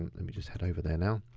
um let me just head over there now,